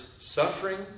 suffering